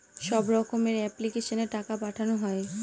সব রকমের এপ্লিক্যাশনে টাকা পাঠানো হয়